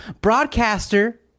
Broadcaster